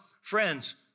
friends